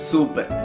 Super